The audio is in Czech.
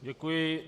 Děkuji.